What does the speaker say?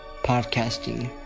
podcasting